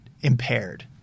impaired